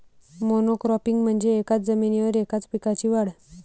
monocropping म्हणजे एकाच जमिनीवर एकाच पिकाची वाढ